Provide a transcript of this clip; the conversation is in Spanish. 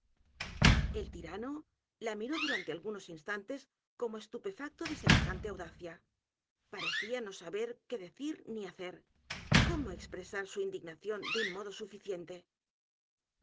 el tirano la miró durante algunos instantes como estupefacto de semejante audacia parecía no saber qué decir ni hacer cómo expresar su indignación de un modo suficiente